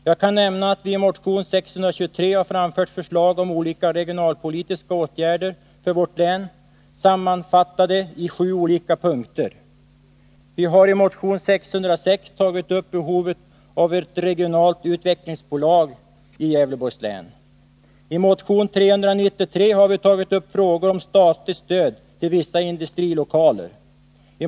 Jag kan nämna att vi i motion nr 623 har framfört förslag om olika regionalpolitiska åtgärder för vårt län, sammanfattade i sju olika punkter. Vi har i motion 606 tagit upp behovet av ett regionalt utvecklingsbolag i Gävleborgs län. I motion 393 har vi tagit upp frågor om statligt stöd till vissa industrilokaler, osv.